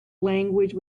language